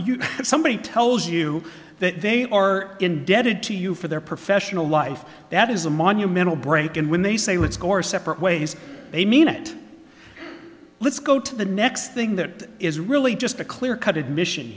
if somebody tells you that they are indebted to you for their professional life that is a monumental break and when they say let's go our separate ways a minute let's go to the next thing that is really just a clear cut admission